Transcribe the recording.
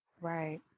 Right